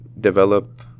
develop